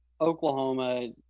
Oklahoma